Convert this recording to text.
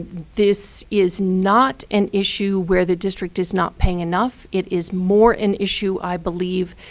this is not an issue where the district is not paying enough. it is more an issue, i believe,